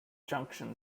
junction